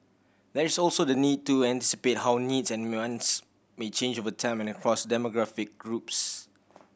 there is also the need to anticipate how needs and wants may change over time and across demographic groups